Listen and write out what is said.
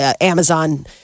Amazon